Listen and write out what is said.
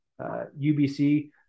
UBC